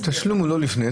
תשלום הוא לא לפני.